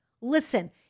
Listen